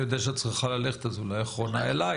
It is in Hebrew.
אני יודע שאת צריכה ללכת אז אולי אחרונה אליך.